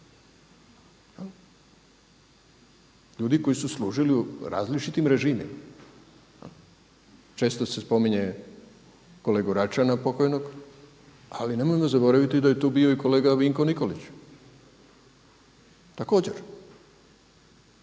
Ljudi koji su služili u različitim režimima. Često se spominje kolegu Račana, pokojnog. Ali nemojmo zaboraviti da je tu bio i kolega Vinko Nikolić, također.